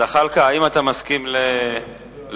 זחאלקה, האם אתה מסכים לוועדה?